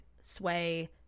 sway